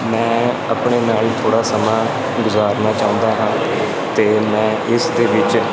ਮੈਂ ਆਪਣੇ ਨਾਲ ਥੋੜ੍ਹਾ ਸਮਾਂ ਗੁਜ਼ਾਰਨਾ ਚਾਹੁੰਦਾ ਹਾਂ ਅਤੇ ਮੈਂ ਇਸ ਦੇ ਵਿੱਚ